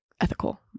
ethical